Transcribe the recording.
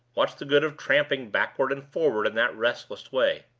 what's the good of tramping backward and forward in that restless way?